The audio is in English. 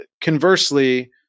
conversely